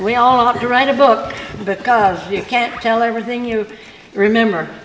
we all have to write a book because you can't tell everything you remember